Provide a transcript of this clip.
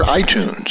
iTunes